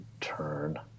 turn